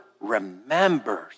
remembers